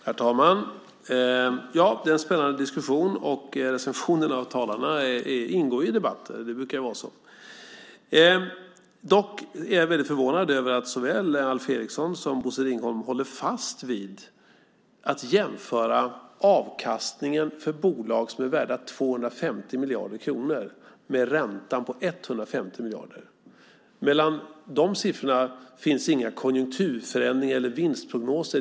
Herr talman! Det är en spännande diskussion, och recensioner av talarna ingår i debatter. Det brukar vara så. Dock är jag väldigt förvånad över att såväl Alf Eriksson som Bosse Ringholm håller fast vid att man ska jämföra avkastningen för bolag som är värda 250 miljarder kronor med räntan på 150 miljarder. Mellan de siffrorna finns inga konjunkturförändringar eller vinstprognoser.